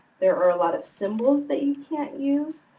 there are a lot of symbols that you can't use.